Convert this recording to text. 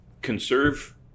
conserve